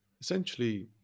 essentially